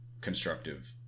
constructive